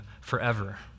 forever